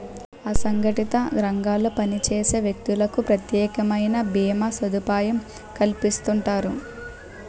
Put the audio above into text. అసంగటిత రంగాల్లో పనిచేసే వ్యక్తులకు ప్రత్యేక భీమా సదుపాయం కల్పిస్తుంటారు